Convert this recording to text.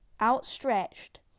outstretched